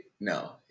no